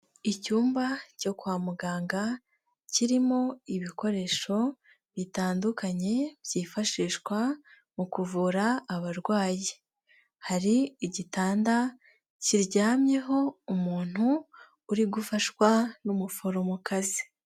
Icyumba cyo kwa muganga kirimo ibikoresho bitandukanye byifashishwa mu kuvura abarwayi, hari igitanda kiryamyeho umuntu uri gufashwa n'umuforomokazi.